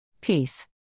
Peace